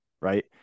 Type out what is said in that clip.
right